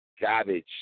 Garbage